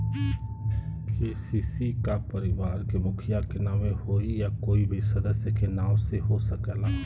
KCC का परिवार के मुखिया के नावे होई या कोई भी सदस्य के नाव से हो सकेला?